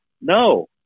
no